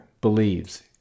believes